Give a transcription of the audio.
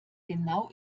genau